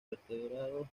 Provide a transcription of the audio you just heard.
vertebrados